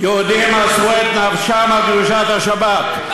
יהודים מסרו את נפשם על קדושת השבת.